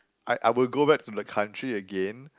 I I will go back to the country again